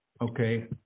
Okay